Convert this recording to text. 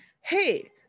hey